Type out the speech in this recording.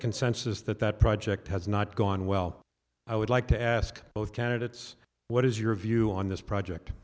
consensus that that project has not gone well i would like to ask both candidates what is your view on this project